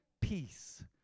Peace